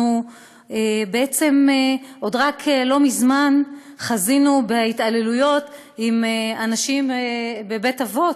אנחנו רק לא מזמן חזינו בהתעללויות באנשים בבית-אבות,